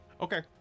Okay